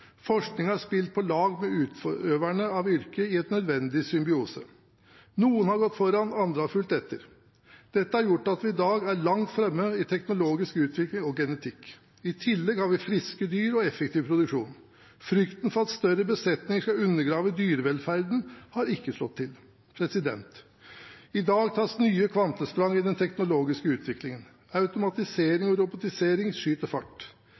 har spilt på lag med utøverne av yrket i en nødvendig symbiose. Noen har gått foran, og andre har fulgt etter. Dette har gjort at vi i dag er langt framme i teknologisk utvikling og genetikk. I tillegg har vi friske dyr og effektiv produksjon. Frykten for at større besetninger skal undergrave dyrevelferden har ikke slått til. I dag tas nye kvantesprang i den teknologiske utviklingen. Automatiseringen og robotiseringen skyter fart.